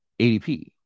ADP